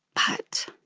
but